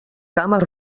cames